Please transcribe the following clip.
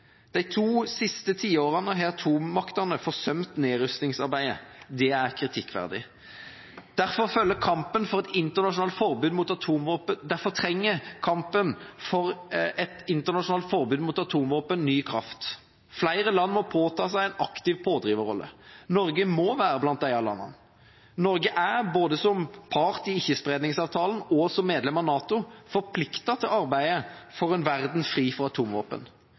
De to siste tiårene har atommaktene forsømt nedrustningsarbeidet. Det er kritikkverdig. Derfor trenger kampen for et internasjonalt forbud mot atomvåpen ny kraft. Flere land må påta seg en aktiv pådriverrolle. Norge må være blant disse landene. Norge er – både som part i ikkespredningsavtalen og som medlem av NATO – forpliktet til å arbeide for en verden fri for atomvåpen.